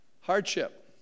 hardship